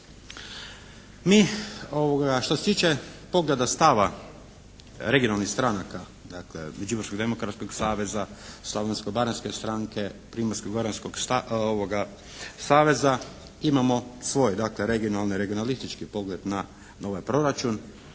Mi što se tiče pogleda stava regionalnih stranaka, dakle Međimurskog demokratskog saveza, Slavonsko-baranjske stranke, Primorsko-goranskog saveza imamo svoj dakle regionalistički pogled na ovaj proračun.